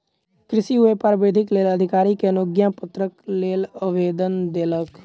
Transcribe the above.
कृषक व्यापार वृद्धिक लेल अधिकारी के अनुज्ञापत्रक लेल आवेदन देलक